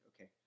okay